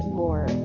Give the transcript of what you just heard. more